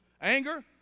Anger